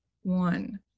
one